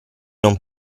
non